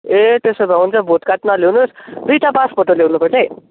ए त्यसो भए हुन्छ भोट कार्ड नल्याउनुहोस् दुइटा पासफोटो ल्याउनुपर्छ है